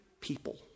people